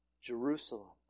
Jerusalem